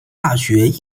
大学